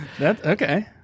Okay